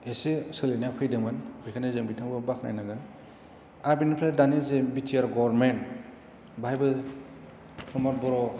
एसे सोलायनाया फैदोंमोन बेखायनो जों बिथांखौ बाखनायनांगोन आर बेनिफ्राय दानि जे बिटिआर गरमेन्ट बाहायबो फ्रमद बर'